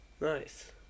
Nice